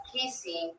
Casey